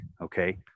okay